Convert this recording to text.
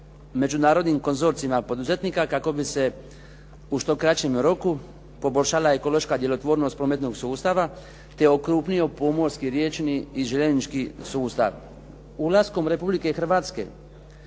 međunarodnim konzorcijima poduzetnika kako bi se u što kraćem roku poboljšala ekološka djelotvornost prometnog sustava te okrupnio pomorski, riječni i željeznički sustav. Ulaskom Republike Hrvatske